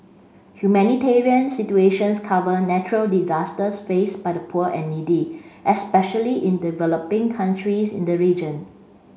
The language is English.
humanitarian situations cover natural disasters faced by the poor and needy especially in developing countries in the region